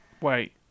Wait